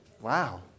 Wow